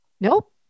Nope